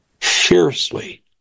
fiercely